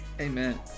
Amen